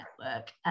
network